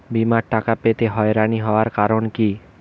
বিমার টাকা পেতে হয়রানি হওয়ার কারণ কি?